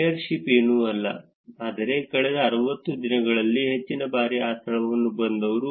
mayorship ಏನೂ ಅಲ್ಲ ಆದರೆ ಕಳೆದ 60 ದಿನಗಳಲ್ಲಿ ಹೆಚ್ಚಿನ ಬಾರಿ ಆ ಸ್ಥಳಕ್ಕೆ ಬಂದವರು